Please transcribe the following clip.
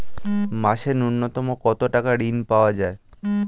মাসে নূন্যতম কত টাকা ঋণ পাওয়া য়ায়?